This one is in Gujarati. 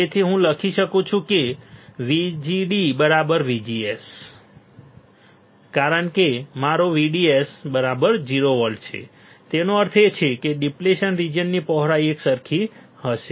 તેથી હું લખી શકું છું કે VGD VGS કારણ કે મારો VDS 0 વોલ્ટ તેનો અર્થ એ કે ડિપ્લેશન રીજીયનની પહોળાઈ એકસરખી હશે